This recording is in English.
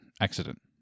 accident